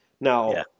Now